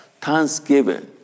thanksgiving